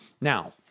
Now